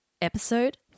Episode